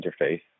interface